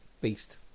beast